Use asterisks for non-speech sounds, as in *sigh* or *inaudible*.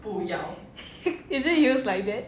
*laughs* is it used like that